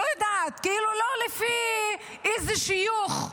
לא יודעת, כאילו לא לפי איזה שיוך,